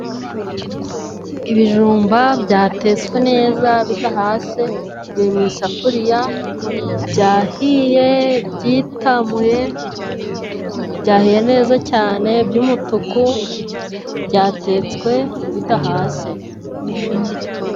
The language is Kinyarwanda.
Ibijumba byatetswe neza bidahase biri mu isafuriya, byahiye byitamuye byahiye neza cyane, by'umutuku byatetswe bidahase.